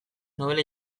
nobela